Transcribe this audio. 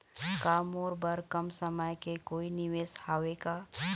का मोर बर कम समय के कोई निवेश हावे का?